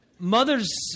Mother's